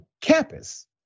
campus